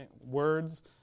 words